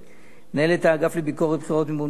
מנהלת האגף לביקורת בחירות ומימון מפלגות,